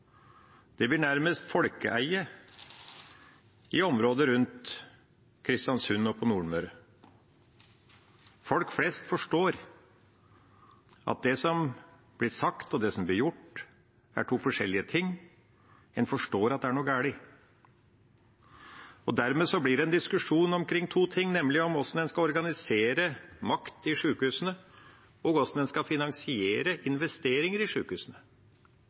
Det blir nærmest folkeeie i området rundt Kristiansund og på Nordmøre. Folk flest forstår at det som blir sagt, og det som blir gjort, er to forskjellige ting, en forstår at det er noe galt. Dermed blir det en diskusjon omkring to ting, nemlig om hvordan en skal organisere makt i sjukehusene, og om hvordan en skal finansiere investeringer i sjukehusene.